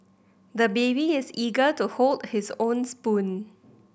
the baby is eager to hold his own spoon